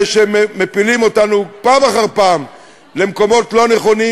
שמפילים אותנו פעם אחר פעם למקומות לא נכונים,